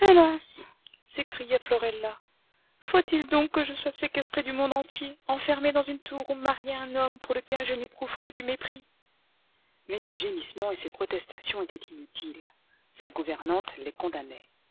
s'écria florelia faut-il donc que je sois séquestrée du monde entier enfermée dans une tour ou mariée à un homme pour lequel je n'éprouve que du mépris mais ses gémissements et ses protestations étaient inutiles sa gouvernante les condamnait